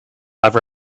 never